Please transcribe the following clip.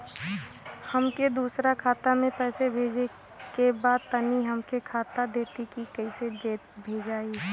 हमके दूसरा खाता में पैसा भेजे के बा तनि हमके बता देती की कइसे भेजाई?